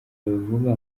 babivuga